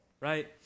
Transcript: right